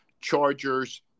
chargers